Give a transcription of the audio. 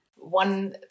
One